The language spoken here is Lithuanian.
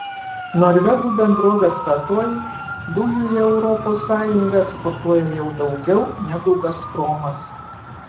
norvegų bendrovė statoil dujų į europos sąjungą eksportuoja jau daugiau negu gazpromas